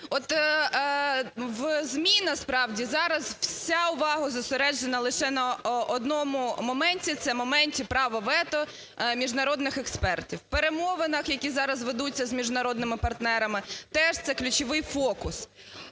От в ЗМІ насправді зараз вся увага зосереджена лише на одному моменті – це моменті права вето міжнародних експертів. В перемовинах, які зараз ведуться з міжнародними партнерами, теж це ключовий фокус.